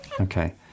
Okay